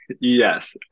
Yes